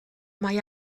mae